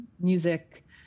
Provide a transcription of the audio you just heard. music